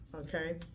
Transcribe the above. Okay